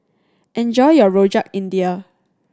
enjoy your Rojak India